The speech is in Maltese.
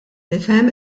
nifhem